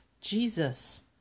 Jesus